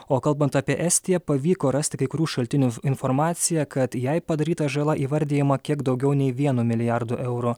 o kalbant apie estiją pavyko rasti kai kurių šaltinių informaciją kad jai padaryta žala įvardijama kiek daugiau nei vienu milijardu eurų